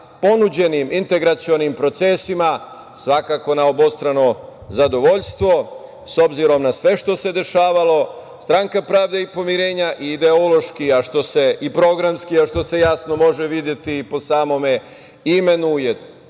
ponuđenim integralnim procesima, svakako na obostrano zadovoljstvo. S obzirom na sve što se dešavalo, Stranka pravde i pomirenja, ideološki, a što se i programski može jasno videti po samome imenu,